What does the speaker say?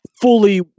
fully